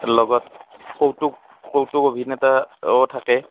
লগত কৌতুক কৌতুক অভিনেতাও থাকে